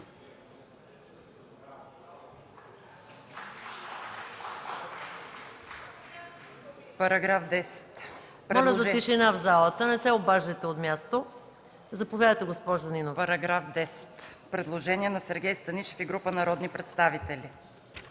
По § 14 – предложение на Сергей Станишев и група народни представители.